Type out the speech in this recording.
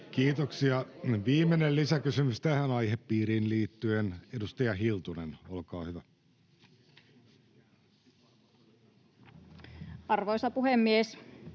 Kiitoksia. — Viimeinen lisäkysymys tähän aihepiiriin liittyen. — Edustaja Hiltunen, olkaa hyvä. [Speech